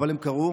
אבל הן קרו.